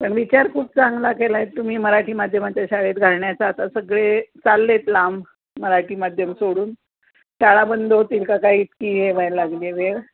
विचार खूप चांगला केला आहे तुम्ही मराठी माध्यमाच्या शाळेत घालण्याचा आता सगळे चालले आहेत लांब मराठी माध्यम सोडून शाळा बंद होतील का काय इतकी हे व्हायला लागली आहे वेळ